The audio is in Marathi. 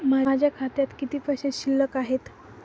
माझ्या खात्यात किती पैसे शिल्लक आहेत?